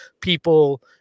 people